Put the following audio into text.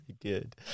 good